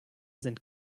sind